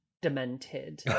demented